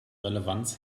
relevanz